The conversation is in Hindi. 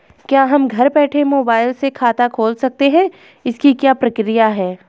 क्या हम घर बैठे मोबाइल से खाता खोल सकते हैं इसकी क्या प्रक्रिया है?